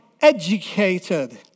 educated